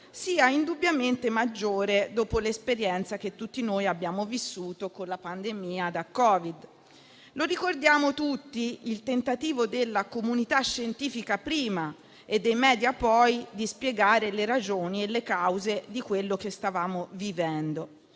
siano indubbiamente maggiori dopo l'esperienza che tutti noi abbiamo vissuto con la pandemia da Covid-19. Ricordiamo tutti il tentativo della comunità scientifica, prima, e dei *media,* poi, di spiegare le ragioni e le cause di quello che stavamo vivendo,